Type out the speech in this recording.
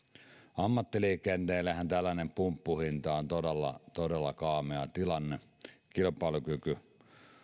ammattiliikenteellehän tällainen pumppuhinta on todella todella kaamea tilanne kilpailukyky